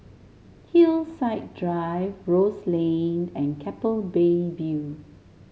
Hillside Drive Rose Lane and Keppel Bay View